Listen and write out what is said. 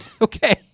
Okay